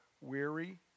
weary